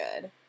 good